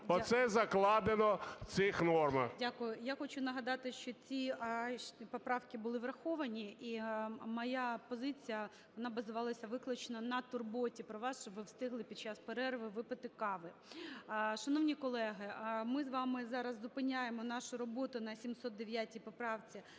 Оце закладено в цих нормах.